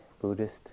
Buddhist